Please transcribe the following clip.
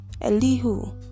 Elihu